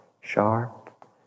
sharp